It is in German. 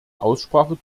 aussprache